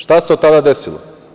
Šta se od tada desilo?